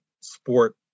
sport